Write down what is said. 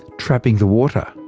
trapping the water.